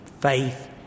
faith